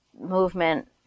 movement